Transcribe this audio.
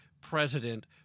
president